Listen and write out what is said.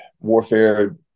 warfare